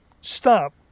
stop